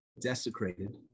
desecrated